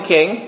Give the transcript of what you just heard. King